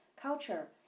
culture